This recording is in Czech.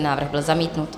Návrh byl zamítnut.